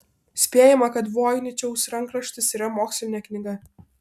spėjama kad voiničiaus rankraštis yra mokslinė knyga